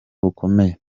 bukomeye